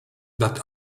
that